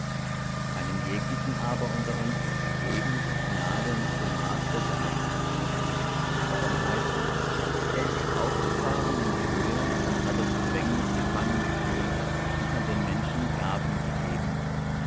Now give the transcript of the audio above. einem jeglichen aber unter uns ist gegeben die gnade nach dem maß der gabe christi darum heißt es er ist aufgefahren in die höhe und hat das gefängnis gefangengeführt und hat den menschen gaben gegeben